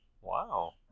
Wow